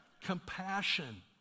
compassion